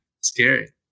scary